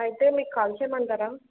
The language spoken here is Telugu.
అయితే మీ కాల్ చేయమంటారా